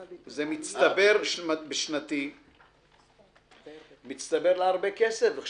זה מצטבר בשנה להרבה כסף.